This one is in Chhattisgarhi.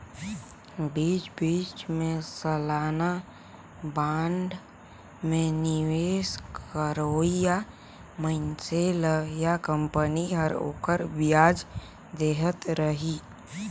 बीच बीच मे सलाना बांड मे निवेस करोइया मइनसे ल या कंपनी हर ओखर बियाज देहत रही